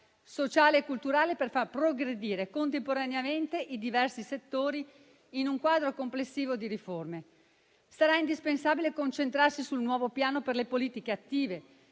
sociale e culturale per far progredire contemporaneamente i diversi settori in un quadro complessivo di riforme. Sarà indispensabile concentrarsi sul nuovo piano per le politiche attive,